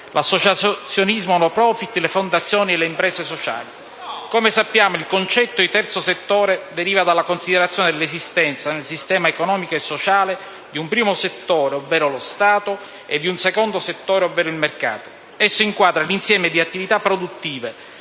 l'associazionismo *no profit*, le fondazioni e le imprese sociali. Come sappiamo, il concetto di terzo settore deriva dalla considerazione dell'esistenza, nel sistema economico e sociale, di un primo settore (ovvero lo Stato) e di un secondo settore (ovvero il mercato). Esso inquadra l'insieme di attività produttive